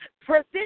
present